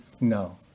No